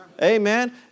Amen